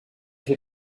fait